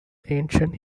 ancient